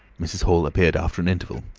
mrs. hall appeared after an interval,